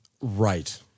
Right